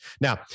Now